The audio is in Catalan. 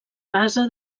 base